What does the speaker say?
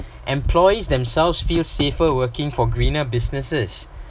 employees themselves feel safer working for greener businesses